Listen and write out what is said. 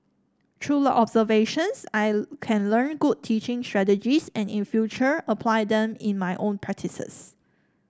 through the observations I can learn good teaching strategies and in future apply them in my own practices